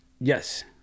Yes